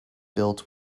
built